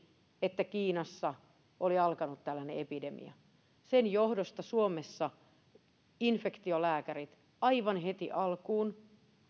että kiinassa oli alkanut tällainen epidemia tuli hyvin varhaisessa vaiheessa myös meille sen johdosta suomessa infektiolääkärit aivan heti alkuun